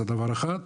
זה דבר אחד.